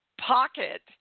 pocket